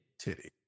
Titty